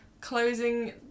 Closing